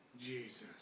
Jesus